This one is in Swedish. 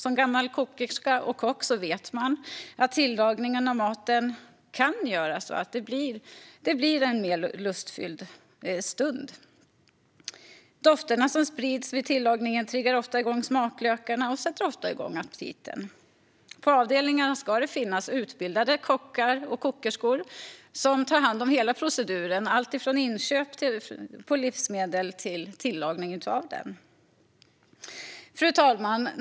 Som kokerska eller kock vet man att tillagningen av maten kan göra måltiden till en mer lustfylld stund för de äldre. Dofterna som sprids vid tillagningen triggar igång smaklökarna och sätter igång aptiten. På avdelningarna ska det finnas utbildade kockar eller kokerskor som tar hand om hela proceduren, alltifrån inköpen av livsmedel till tillagningen av dem. Fru talman!